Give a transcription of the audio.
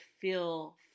feel